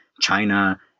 China